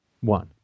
One